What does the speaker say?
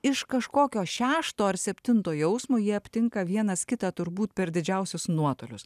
iš kažkokio šešto ar septinto jausmo jie aptinka vienas kitą turbūt per didžiausius nuotolius